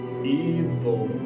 evil